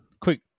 quick